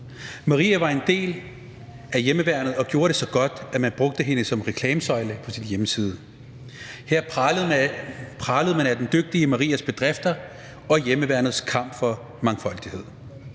Maria var en del af hjemmeværnet og gjorde det så godt, at man brugte hende som reklamesøjle på hjemmesiden. Her pralede man af den dygtige Marias bedrifter og hjemmeværnets kamp for mangfoldighed.